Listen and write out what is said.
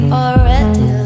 already